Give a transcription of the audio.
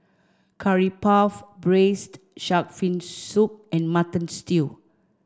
curry puff braised shark fin soup and mutton stew